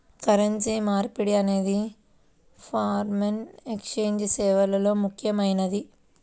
currency మార్పిడి అనేది foreign exchange సేవల్లో ముఖ్యమైనది